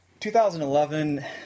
2011